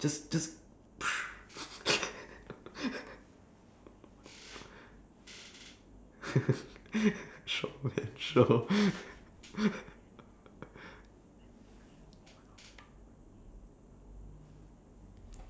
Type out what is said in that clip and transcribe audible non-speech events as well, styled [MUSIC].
just just [NOISE] [LAUGHS] sure man sure [LAUGHS]